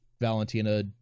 Valentina